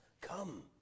Come